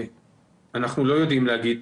אנחנו לא יודעים להגיד